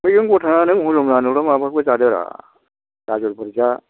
मैगं गथायालाय हजम जानोब्ला माबाखौ जादोब्रा गाजरफोर जा